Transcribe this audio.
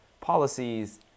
policies